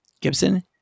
Gibson